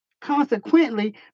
Consequently